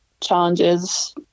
challenges